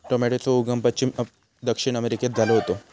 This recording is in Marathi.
टॉमेटोचो उगम पश्चिम दक्षिण अमेरिकेत झालो होतो